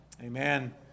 amen